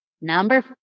number